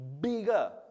bigger